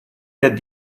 their